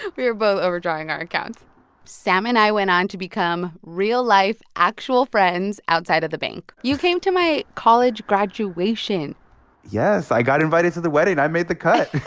we were both overdrawing our accounts sam and i went on to become real-life actual friends outside of the bank you came to my college graduation yes. i got invited to the wedding. i made the cut